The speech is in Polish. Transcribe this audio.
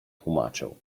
tłumaczył